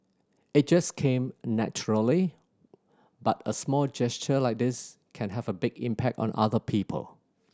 it just came naturally but a small gesture like this can have a big impact on other people